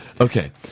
Okay